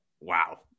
Wow